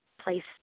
placed